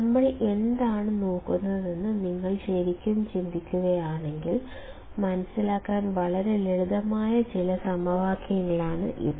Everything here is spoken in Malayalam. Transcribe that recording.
നമ്മൾ എന്താണ് നോക്കുന്നതെന്ന് നിങ്ങൾ ശരിക്കും ചിന്തിക്കുകയാണെങ്കിൽ മനസിലാക്കാൻ വളരെ ലളിതമായ ചില സമവാക്യങ്ങളാണ് ഇത്